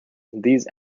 these